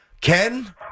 Ken